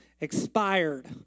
Expired